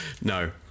No